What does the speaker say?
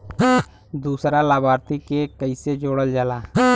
दूसरा लाभार्थी के कैसे जोड़ल जाला?